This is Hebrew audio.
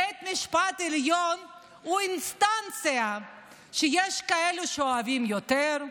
"בית משפט עליון הוא אינסטנציה שיש כאלה שאוהבים יותר,